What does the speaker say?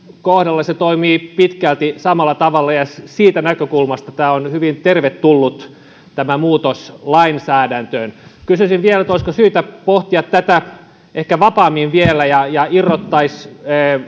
kohdalla se toimii pitkälti samalla tavalla ja siitä näkökulmasta tämä muutos on hyvin tervetullut lainsäädäntöön kysyisin vielä olisiko syytä pohtia tätä ehkä vapaammin vielä niin että irrottaisi